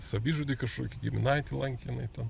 savižudį kažkokį giminaitį lankė jinai ten